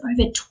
over